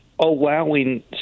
allowing